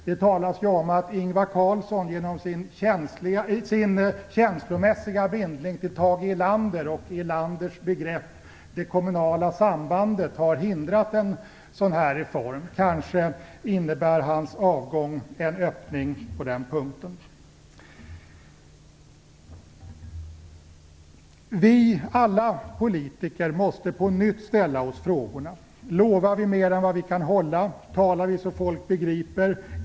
Det talas om att Ingvar Carlsson genom sin känslomässiga bindning till Tage Erlander och till Erlanders begrepp "det kommunala sambandet" har hindrat en sådan reform. Kanske innebär hans avgång en öppning på den punkten. Alla vi politiker måste på nytt ställa oss frågorna: Lovar vi mer än vi kan hålla? Talar vi så att människor begriper?